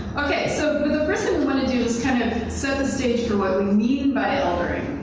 okay, so want to do is kind of set the stage for what we mean by eldering,